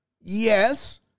Yes